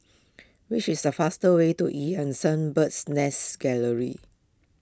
what is the faster way to Eu Yan Sang Bird's Nest Gallery